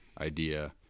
idea